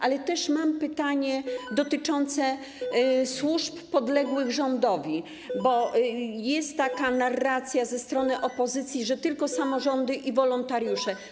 Ale też mam pytanie dotyczące służb podległych rządowi, bo jest taka narracja ze strony opozycji, że tylko samorządy i wolontariusze.